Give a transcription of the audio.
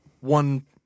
one